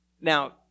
Now